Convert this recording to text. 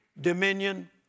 dominion